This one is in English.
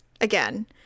Again